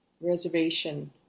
Reservation